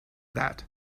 that